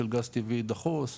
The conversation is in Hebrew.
של גז טבעי דחוס וכדומה,